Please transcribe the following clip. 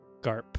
Garp